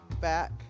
back